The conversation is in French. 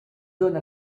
donne